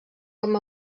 com